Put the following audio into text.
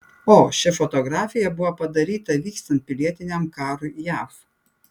o ši fotografija buvo padaryta vykstant pilietiniam karui jav